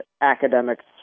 academics